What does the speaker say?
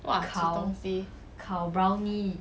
!wah! 煮东西